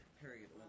period